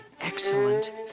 Excellent